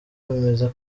bemeza